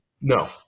No